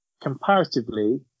comparatively